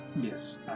Yes